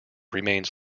remains